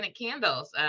candles